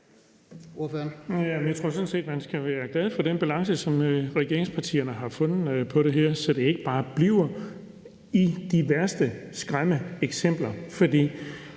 Jeg tror sådan set, man skal være glad for den balance, som regeringspartierne har fundet her, så det ikke bare bliver ved de værste skræmmeeksempler.